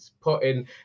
putting